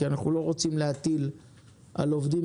כי אנחנו לא רוצים להטיל על עובדים